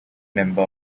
member